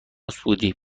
سعودی